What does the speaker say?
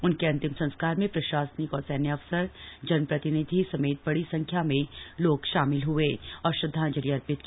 उनके अंतिम संस्कार में प्रशासनिक और सैन्य अफसर जनप्रतिनिधि समेत बड़ी संख्या में लोग शामिल हुए और श्रद्धांजलि अर्पित की